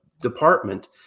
department